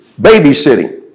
babysitting